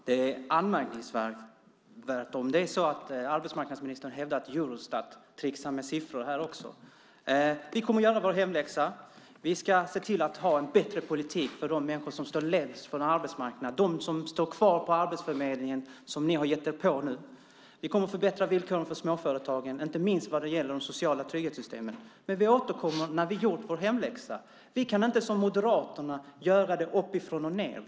Herr talman! Det är anmärkningsvärt om arbetsmarknadsministern hävdar att Eurostat också tricksar med siffror. Vi kommer att göra vår hemläxa. Vi ska ha en bättre politik för de människor som står längst från arbetsmarknaden, de som står kvar på arbetsförmedlingen och som ni har gett er på nu. Vi kommer att förbättra villkoren för småföretagen, inte minst när det gäller de sociala trygghetssystemen. Vi återkommer när vi har gjort vår hemläxa. Vi kan inte, som Moderaterna, göra det uppifrån och ned.